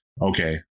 okay